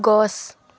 গছ